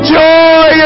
joy